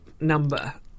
number